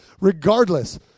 regardless